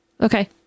okay